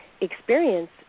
experience